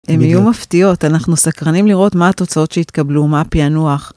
הן יהיו מפתיעות, אנחנו סקרנים לראות מה התוצאות שהתקבלו, מה פענוח.